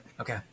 okay